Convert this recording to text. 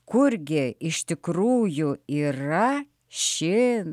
kurgi iš tikrųjų yra ši